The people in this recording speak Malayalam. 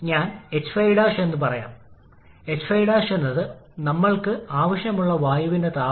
അതിനാൽ ഐസൻട്രോപിക് കാര്യക്ഷമത ഉപയോഗിച്ച് ഈ രീതിയിൽ നമ്മൾക്ക് ജോലി ആവശ്യകത കണക്കാക്കാം